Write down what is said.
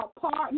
partner